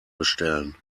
bestellen